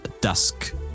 dusk